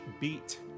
Beat